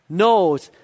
knows